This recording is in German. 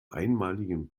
einmaligen